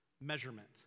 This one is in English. measurement